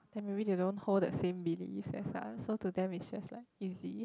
then maybe they don't hold the same beliefs as us so to them it's just like easy